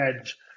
edge